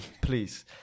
please